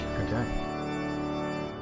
Okay